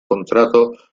contrato